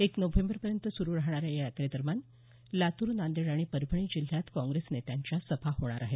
एक नोव्हेंबरपर्यंत सुरू राहणाऱ्या या यात्रेदरम्यान लातूर नांदेड आणि परभणी जिल्ह्यात काँग्रेस नेत्यांच्या सभा होणार आहेत